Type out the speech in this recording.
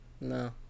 No